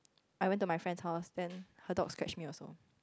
I went to my friend's house then her dogs scratch me also